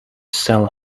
sell